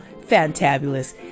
fantabulous